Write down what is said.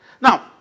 Now